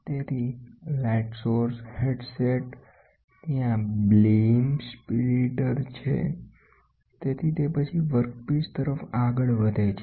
તેથી પ્રકાશનો સ્ત્રોત ઉપકરણત્યાં બીમ સ્પ્લિટ છે તેથી તે પછી વર્કપીસ તરફ આગળ વધે છે